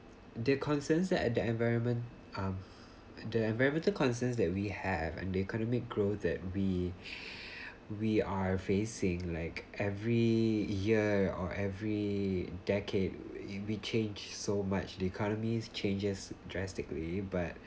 there are concerns that the environment uh the environmental concerns that we have an economic growth that w ewe are facing like every year or every decade if we change so much the economy changes drastically but